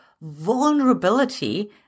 vulnerability